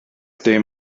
dim